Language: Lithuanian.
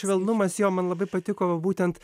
švelnumas jo man labai patiko būtent